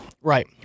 Right